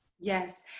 Yes